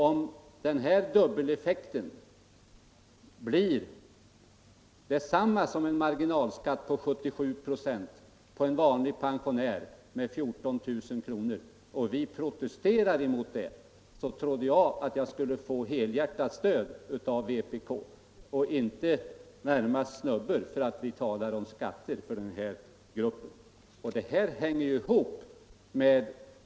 Om denna dubbeleffekt blir detsamma som en marginalskatt på 77 96 för en vanlig pensionär med 14 000 kr. i inkomst, trodde jag att vi skulle få helhjärtat stöd av vpk när vi protesterar mot det, inte närmast snubbor för att vi talar om skatter för denna grupp.